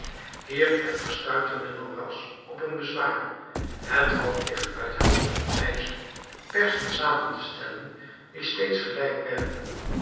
hier echter stuitte men al ras op een bezwaar het valt licht uit hout en ijzer persen zamen te stellen die steeds gelijk werken